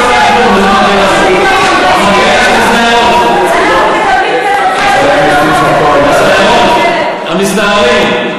המקהלה של הסיירות, המסתערים.